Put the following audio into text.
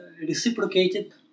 reciprocated